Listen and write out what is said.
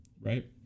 right